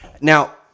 Now